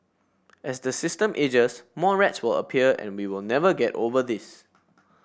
as the system ages more rats will appear and we will never get over this